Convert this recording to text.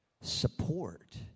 support